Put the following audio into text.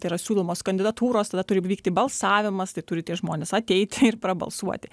tai yra siūlomos kandidatūros tada turi įvykti balsavimas tai turi tie žmonės ateiti ir prabalsuoti